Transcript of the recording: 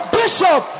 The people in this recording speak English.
bishop